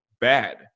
bad